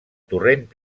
torrent